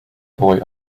boy